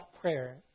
prayer